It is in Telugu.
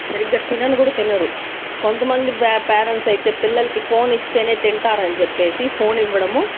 సరిగ్గా తినను కూడా తినరు కొంతమంది పేరెంట్స్ అయితే పిల్లలకి ఫోన్ ఇస్తేనే తింటారని చేపేసి ఫోన్ ఇవ్వడము